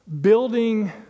building